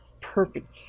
perfect